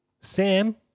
Sam